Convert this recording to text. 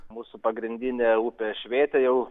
mūsų pagrindinė upė švietė jau